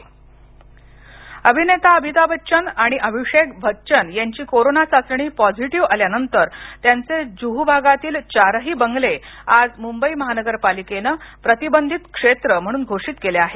corona अभिनेता अमिताभ बच्चन आणि अभिषेक बच्चन यांची कोरोना चाचणी पॉझिटीव्ह आल्यानंतर त्यांचे जुहू भागातील चारही बंगले आज मुंबई महानगरपालिकेने प्रतिबंधित क्षेत्र म्हणून घोषित केले आहेत